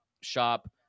shop